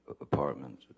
apartment